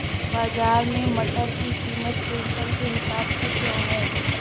बाजार में मटर की कीमत क्विंटल के हिसाब से क्यो है?